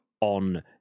on